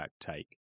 take